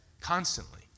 Constantly